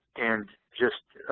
and just,